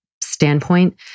standpoint